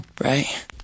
Right